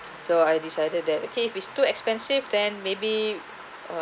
so I decided that okay if it's too expensive then maybe